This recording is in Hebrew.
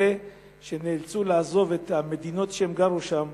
אלה שנאלצו לעזוב את המדינות שהם גרו בהן